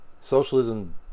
Socialism